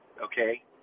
okay